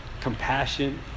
compassion